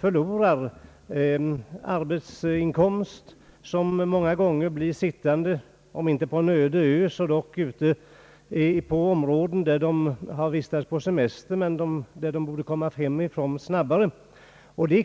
förlorar arbetsinkomst och som många gånger blir sittande, om inte på en öde ö så dock på platser där de vistats på semester och varifrån de borde ha kommit hem snabbare.